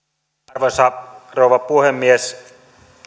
arvoisa rouva puhemies